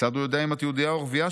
כיצד הוא יודע אם את יהודייה או ערבייה?